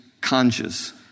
conscious